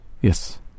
Yes